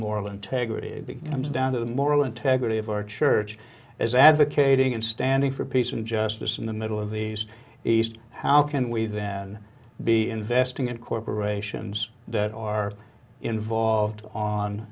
moral integrity comes down to the moral integrity of our church as advocating and standing for peace and justice in the middle of these east how can we then be investing in corporations that are involved on